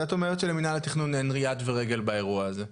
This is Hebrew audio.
אז את אומרת שלמינהל התכנון אין יד ורגל באירוע הזה.